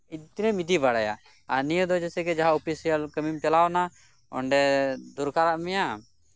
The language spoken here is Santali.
ᱛᱤᱱᱟᱹᱜ ᱮᱢ ᱤᱫᱤ ᱵᱟᱲᱟᱭᱟ ᱟᱨ ᱱᱤᱭᱟᱹ ᱫᱚ ᱡᱮᱭᱥᱮ ᱠᱤ ᱡᱟᱦᱟᱸ ᱚᱯᱷᱤᱥᱤᱭᱟᱞ ᱠᱟᱹᱢᱤ ᱢᱮᱱᱟᱜᱼᱟ ᱚᱸᱰᱮ ᱫᱚᱨᱠᱟᱨᱟᱜ ᱢᱮᱭᱟ